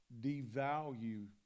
devalue